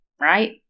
right